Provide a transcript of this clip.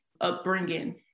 upbringing